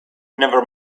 never